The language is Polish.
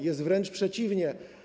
Jest wręcz przeciwnie.